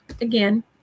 again